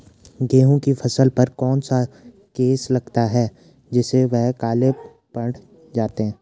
गेहूँ की फसल पर कौन सा केस लगता है जिससे वह काले पड़ जाते हैं?